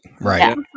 right